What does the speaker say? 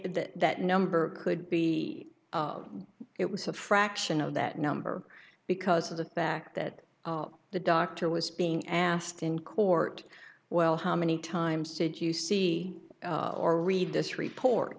that that number could be it was a fraction of that number because of the fact that the dr was being asked in court well how many times did you see or read this report